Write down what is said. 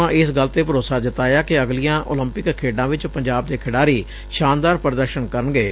ਉਨ੍ਹਾਂ ਇਸ ਗੱਲ ਤੇ ਭਰੋਸਾ ਜਤਾਇਆ ਕਿ ਅਗਲੀਆਂ ਓਲੰਪਿਕ ਖੇਡਾਂ ਵਿਚ ਪੰਜਾਬ ਦੇ ਖਿਡਾਰੀ ਸ਼ਾਨਦਾਰ ਪ੍ਰਦਰਸਨ ਕਰਨਗੇ